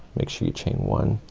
make sure you chain one,